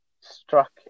struck